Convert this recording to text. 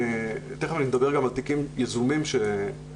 תכף אני אדבר גם על תיקים יזומים שביצענו.